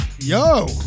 yo